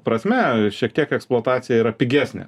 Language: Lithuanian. prasme šiek tiek eksploatacija yra pigesnė